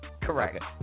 correct